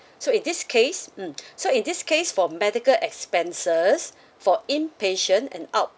so in this case mm so in this case for medical expenses for in patient and out